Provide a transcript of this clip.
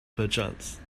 perchance